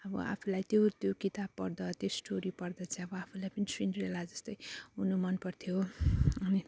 अब आफूलाई त्यो त्यो किताब पढ्दा त्यो स्टोरी पढ्दा चाहिँ अब आफूलाई पनि सिन्ड्रेला जस्तै हुनु मनपर्थ्यो अनि